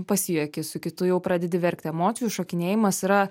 pasijuoki su kitu jau pradedi verkti emocijų šokinėjimas yra